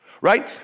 right